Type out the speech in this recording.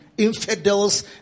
Infidels